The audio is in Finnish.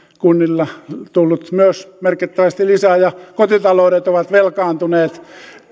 kunnilla sitä on tullut myös merkittävästi lisää ja kotitaloudet ovat velkaantuneet